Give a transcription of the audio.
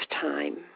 time